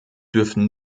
dürfen